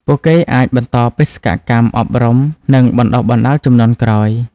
ពួកគេអាចបន្តបេសកកម្មអប់រំនិងបណ្តុះបណ្តាលជំនាន់ក្រោយ។